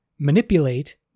Manipulate